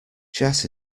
chess